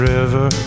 River